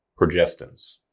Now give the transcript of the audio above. progestins